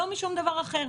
לא משום דבר אחר.